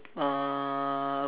uh